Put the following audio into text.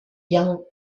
young